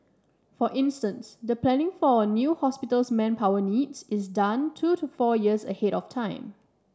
for instance the planning for a new hospital's manpower needs is done two to four years ahead of time